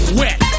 wet